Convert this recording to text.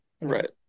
Right